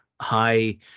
high